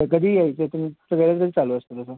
तर कधी यायचं तुमचं गॅरेज कधी चालू असतं तसं